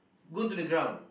go to the ground